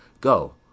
Go